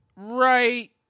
Right